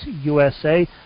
USA